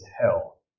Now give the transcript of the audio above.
hell